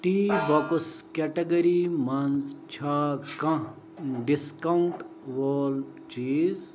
T بۄکٕس category مَنٛز چھا کانٛہہ ڈِسکاونٛٹ وول چیٖز